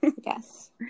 Yes